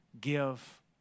give